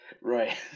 right